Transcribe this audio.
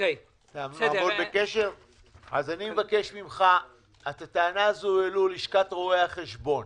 אני מבקש ממך - את הטענה הזו העלו לשכת רואי החשבון.